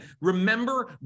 Remember